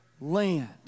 land